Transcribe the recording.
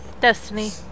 Destiny